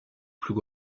plus